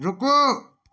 रूकू